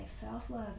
self-love